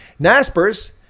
naspers